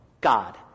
God